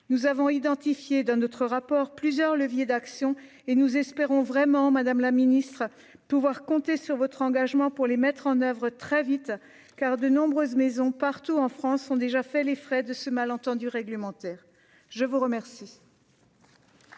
nous avons identifié dans notre rapport plusieurs leviers d'action et nous espérons vraiment Madame la Ministre, pouvoir compter sur votre engagement pour les mettre en oeuvre, très vite, car de nombreuses maisons partout en France, ont déjà fait les frais de ce malentendu réglementaire, je vous remercie.